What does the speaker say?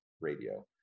Radio